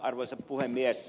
arvoisa puhemies